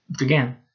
again